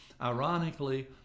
Ironically